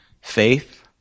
faith